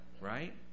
Right